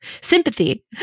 Sympathy